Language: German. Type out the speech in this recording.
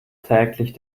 täglich